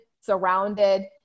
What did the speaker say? surrounded